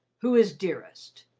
who is dearest?